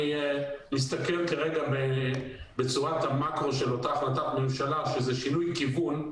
אני מסתכל כרגע בצורת המאקרו של אותה החלטת ממשלה שזה שינוי כיוון,